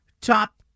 top